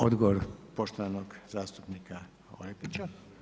Odgovor, poštovanog zastupnika Orepića.